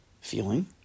feeling